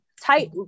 tight